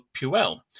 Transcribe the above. Puel